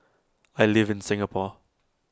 I live in Singapore